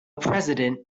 president